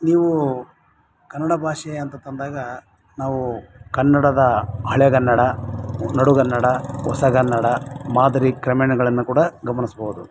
ನೀವು ಕನ್ನಡ ಭಾಷೆ ಅಂತ ತಂದಾಗ ನಾವು ಕನ್ನಡದ ಹಳೆಗನ್ನಡ ನಡುಗನ್ನಡ ಹೊಸಗನ್ನಡ ಮಾದರಿ ಕ್ರಮೇಣಗಳನ್ನು ಕೂಡ ಗಮನಿಸಬಹುದು